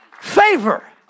Favor